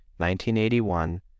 1981